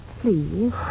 Please